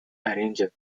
arranger